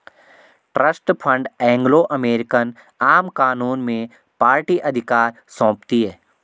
trust fund Anglo American आम कानून में पार्टी अधिकार सौंपती है